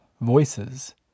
voices